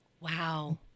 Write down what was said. Wow